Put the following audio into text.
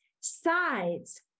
sides